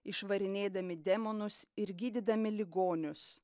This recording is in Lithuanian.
išvarinėdami demonus ir gydydami ligonius